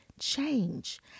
change